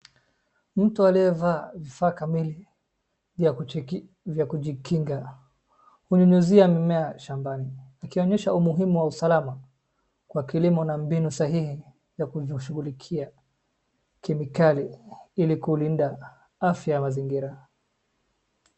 Mtu aliye vaa vifaa kamili vya kujikinga, unyunyuzia mimea shambani, kiaonyesha umuhimu wa usalama kwa kilimo na mbinu sahihi ya kujishugulikia kimikali ili kulinda afya mazingira.